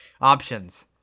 Options